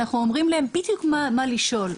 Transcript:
אנחנו אומרים להם בדיוק מה לשאול.